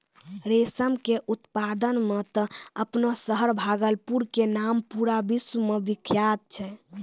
रेशम के उत्पादन मॅ त आपनो शहर भागलपुर के नाम पूरा विश्व मॅ विख्यात छै